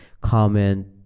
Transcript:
comment